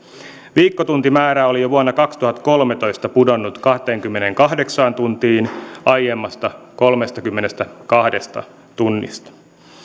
viikkotuntimäärä oli jo vuonna kaksituhattakolmetoista pudonnut kahteenkymmeneenkahdeksaan tuntiin aiemmasta kolmestakymmenestäkahdesta tunnista